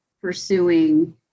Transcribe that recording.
pursuing